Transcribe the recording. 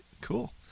Cool